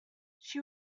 she